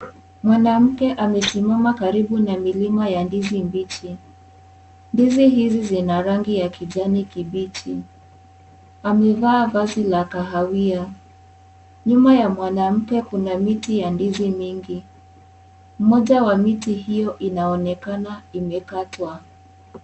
Mwanamke amesimama karibu na milima ya ndizi mbichi. Ndizi hizi zina rangi ya kijani kibichi. Amevaa vazi la kahawia. Nyuma ya mwanamke kuna miti ya ndizi mingi. Moja wa miti hiyo inaonekana imekatwa.